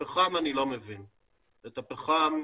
את הפחם